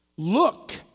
Look